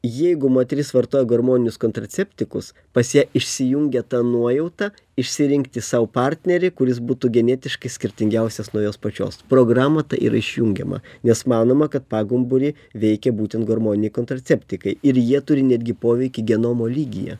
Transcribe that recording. jeigu moteris vartoja hormoninius kontraceptikus pas ją išsijungia ta nuojauta išsirinkti sau partnerį kuris būtų genetiškai skirtingiausias nuo jos pačios programa ta yra išjungiama nes manoma kad pagumburį veikia būtent hormoniniai kontraceptikai ir jie turi netgi poveikį genomo lygyje